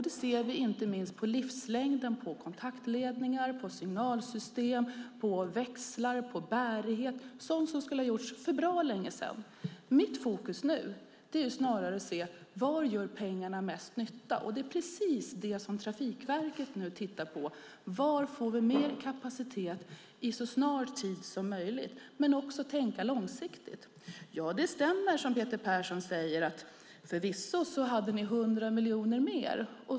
Det ser vi inte minst på livslängden på kontaktledningar, på signalsystem, på växlar och på bärighet, alltså sådant som skulle ha gjorts för bra länge sedan. Mitt fokus nu är snarare att se var pengarna gör mest nytta. Det är precis det Trafikverket nu tittar på: Var får vi mer kapacitet i så snar tid som möjligt, men också långsiktigt? Det stämmer som Peter Persson säger att ni förvisso hade 100 miljarder mer.